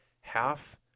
half